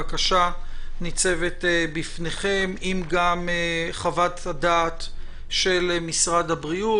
הבקשה ניצבת בפניכם עם חוות-הדעת של משרד הבריאות,